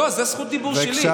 לא, זאת זכות דיבור שלי.